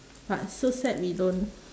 but so sad we don't